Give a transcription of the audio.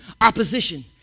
opposition